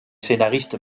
scénariste